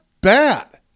bad